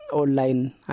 online